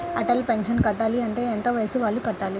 Atal pension కట్టాలి అంటే ఎంత వయసు వాళ్ళు కట్టాలి?